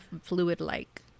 fluid-like